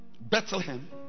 Bethlehem